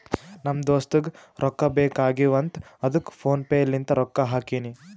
ನಮ್ ದೋಸ್ತುಗ್ ರೊಕ್ಕಾ ಬೇಕ್ ಆಗೀವ್ ಅಂತ್ ಅದ್ದುಕ್ ಫೋನ್ ಪೇ ಲಿಂತ್ ರೊಕ್ಕಾ ಹಾಕಿನಿ